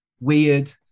weird